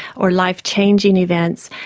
or life changing events,